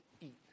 eat